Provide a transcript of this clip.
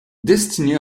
destinée